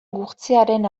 gurtzearen